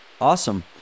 Awesome